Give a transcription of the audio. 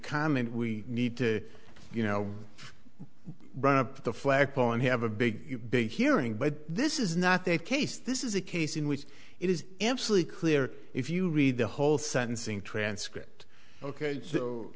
comment we need to you know run up the flagpole and have a big big hearing but this is not their case this is a case in which it is absolutely clear if you read the whole sentencing transcript ok so